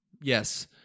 Yes